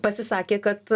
pasisakė kad